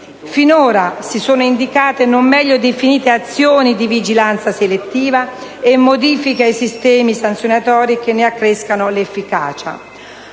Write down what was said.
Finora si sono indicate non meglio definite «azioni di vigilanza selettiva» e «modifiche ai sistemi sanzionatori che ne accrescano l'efficacia».